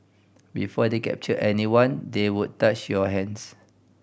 before they captured anyone they would touch your hands